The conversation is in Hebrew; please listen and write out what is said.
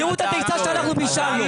תראו את הדייסה שאנחנו בישלנו.